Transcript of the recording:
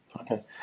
Okay